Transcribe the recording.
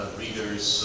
readers